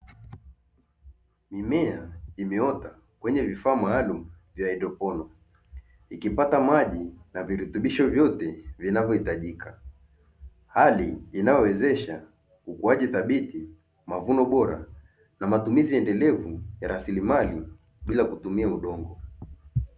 Mimea imeota kwenye vifaa maalumu vya haidroponi, ikipata maji na virutubisho vyote vinavyo hitajika hali inayowezesha ukuaji thabiti, mazao bora na matumizi endelevu ya rasilimali bila kutumia udongo.